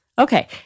Okay